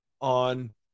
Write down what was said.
on